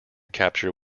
capture